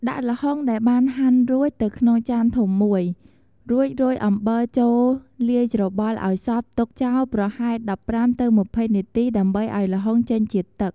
ដាក់ល្ហុងដែលបានហាន់រួចទៅក្នុងចានធំមួយ រួចរោយអំបិលចូលលាយច្របល់ឲ្យសព្វទុកចោលប្រហែល ១៥-២០ នាទីដើម្បីឲ្យល្ហុងចេញជាតិទឹក។